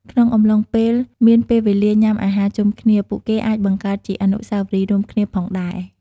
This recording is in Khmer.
ក្នុងអំឡុងពេលមានពេលវេលាញុំាអាហារជុំគ្នា ពួកគេអាចបង្កើតជាអនុស្សាវរីយ៏រួមគ្នាផងដែរ។